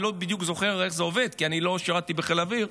אני לא בדיוק זוכר איך זה עובד כי אני לא שירתי בחיל האוויר,